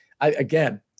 again